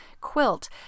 quilt